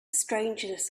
strangeness